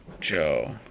Joe